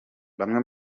bamwe